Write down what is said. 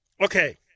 okay